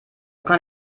kann